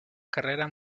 carrera